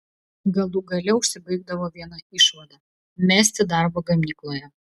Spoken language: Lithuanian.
galų gale užsibaigdavo viena išvada mesti darbą gamykloje